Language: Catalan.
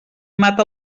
mata